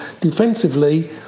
Defensively